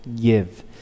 give